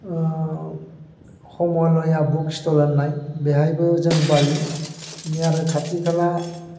समालया book stall होननाय बेहायबो जों बायो इदिनो आरो खाथि खाला